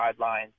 guidelines